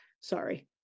Sorry